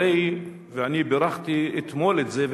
והרי אתמול בירכתי את זה,